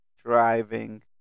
driving